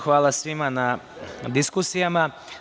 Hvala svima na diskusijama.